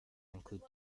include